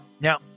Now